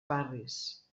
barris